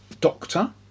Doctor